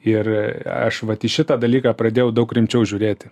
ir aš vat į šitą dalyką pradėjau daug rimčiau žiūrėti